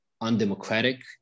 undemocratic